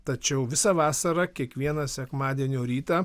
tačiau visą vasarą kiekvieną sekmadienio rytą